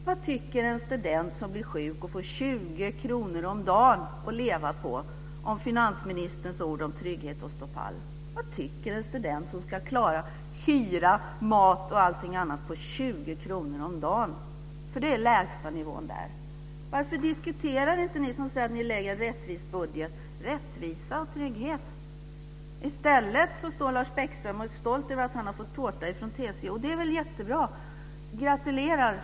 Vad tycker en student som blir sjuk och får 20 kr om dagen att leva på om finansministerns ord om trygghet och att stå pall? Vad tycker en student som ska klara hyra, mat och allting annat på 20 kr om dagen? Det är den lägsta nivån där. Varför diskuterar inte ni som säger att ni lägger fram en rättvis budget rättvisa och trygghet? I stället står Lars Bäckström och är stolt över att han har fått tårta från TCO. Det är väl jättebra. Gratulerar!